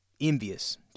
envious